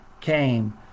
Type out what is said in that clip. came